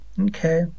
Okay